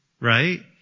Right